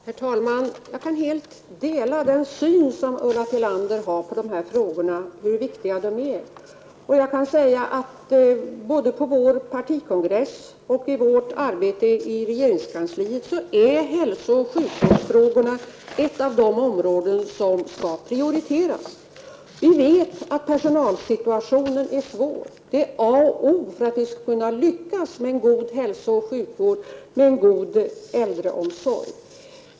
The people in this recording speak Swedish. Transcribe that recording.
Herr talman! Jag kan helt dela Ulla Tillanders syn på hur viktiga de här frågorna är. Både på vår partikongress och i vårt arbete i regeringskansliet hör hälsooch sjukvårdsfrågorna till ett av de områden som skall prioriteras. Vi vet att personalsituationen är svår. En god personalsituation är a och o för att vi skall kunna lyckas med en god hälsooch sjukvård, med en god äldreomsorg.